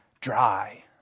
dry